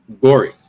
Glory